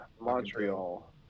Montreal